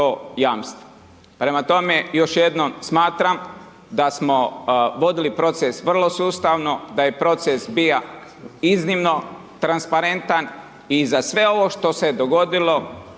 Prema tome, još jednom smatram, da smo vodili proces vrlo sustavno, da je proces bio iznimno transparentan i za sve ovo što se je dogodilo,